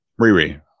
Riri